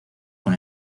con